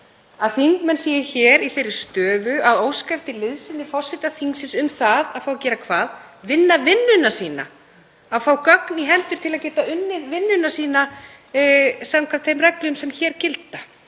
að þingmenn séu hér í þeirri stöðu að óska eftir liðsinni forseta þingsins um það að fá að gera hvað? Vinna vinnuna sína, að fá gögn í hendur til að geta unnið vinnuna sína samkvæmt þeim reglum sem hér gilda.